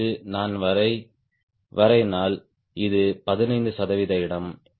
இன்னொன்று நான் வரையினால் இது 15 சதவீத இடம்